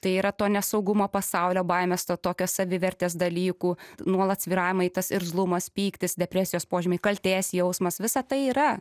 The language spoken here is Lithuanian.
tai yra to nesaugumo pasaulio baimės to tokio savivertės dalykų nuolat svyravimai tas irzlumas pyktis depresijos požymiai kaltės jausmas visa tai yra